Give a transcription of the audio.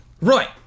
Right